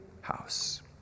house